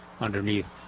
underneath